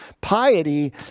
Piety